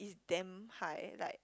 damn high like